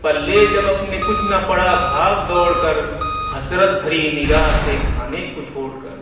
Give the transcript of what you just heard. پلے جب اپنے کچھ نہ پڑا بھاگ دوڑ کر حسرت بھری نگاہ سے کھانے کو چھوڑ کر